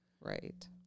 right